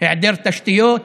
היעדר תשתיות,